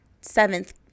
seventh